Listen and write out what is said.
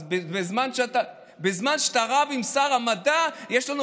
אז בזמן שאתה רב עם שר המדע יש לנו